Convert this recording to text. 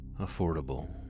Affordable